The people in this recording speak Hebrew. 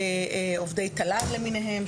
עובדי תל"ן למיניהם,